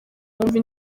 wumve